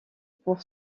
pour